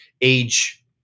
age